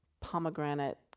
pomegranate